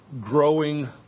growing